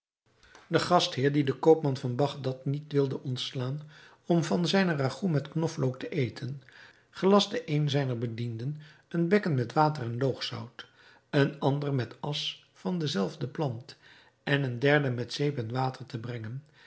de gastheer die den koopman van bagdad niet wilde ontslaan om van zijne ragout met knoflook te eten gelastte een zijner bedienden een bekken met water en loogzout een ander met as van de zelfde plant en een derde met zeep en water te brengen